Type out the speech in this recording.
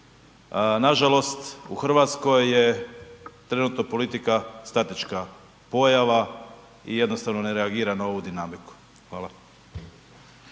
nažalost u Hrvatskoj je trenutno politika statička pojava i jednostavno ne reagira na ovu dinamiku. Hvala.